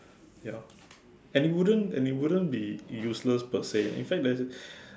ya and it wouldn't and it wouldn't be useless per se in fact that